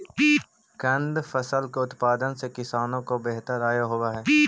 कंद फसल के उत्पादन से किसानों को बेहतर आय होवअ हई